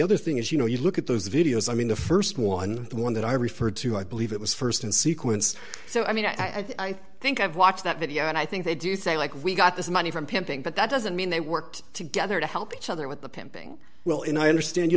other thing is you know you look at those videos i mean the st one the one that i referred to i believe it was st in sequence so i mean i think i've watched that video and i think they do say like we got this money from pimping but that doesn't mean they worked together to help each other with the pimping well if i understand you